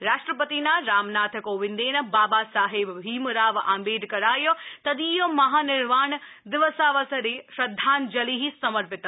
राष्ट्रपतिना रामनाथ कोविन्देन बाबा साहेब भीमराव आम्बेडकराय तदीय महानिर्वाण दिवसावसरे श्रद्धाञ्जलि समर्पित